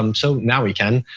um so now we can.